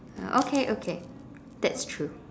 okay okay that's true